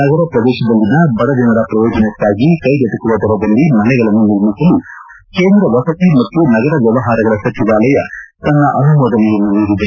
ನಗರ ಪ್ರದೇಶದಲ್ಲಿನ ಬಡ ಜನರ ಪ್ರಯೋಜನಕ್ಕಾಗಿ ಕೈಗೆಟಕುವ ದರದಲ್ಲಿ ಮನೆಗಳನ್ನು ನಿರ್ಮಿಸಲು ಕೇಂದ್ರ ವಸತಿ ಮತ್ತು ನಗರ ವ್ಯವಹಾರಗಳ ಸಚಿವಾಲಯ ತನ್ನ ಅನುಮೋದನೆಯನ್ನು ನೀಡಿದೆ